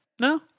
No